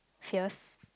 fierce